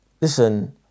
listen